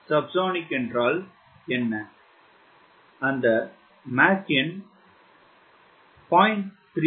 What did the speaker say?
subsonic என்றால் அந்த Mach எண் 0